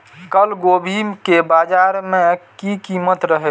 कल गोभी के बाजार में की कीमत रहे?